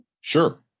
Sure